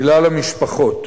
מלה למשפחות: